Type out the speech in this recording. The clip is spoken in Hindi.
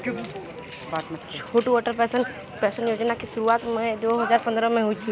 छोटू अटल पेंशन योजना की शुरुआत मई दो हज़ार पंद्रह में हुई थी